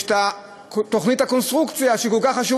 יש את תוכנית הקונסטרוקציה, שהיא כל כך חשובה.